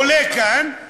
עולה לכאן,